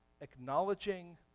acknowledging